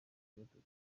batatu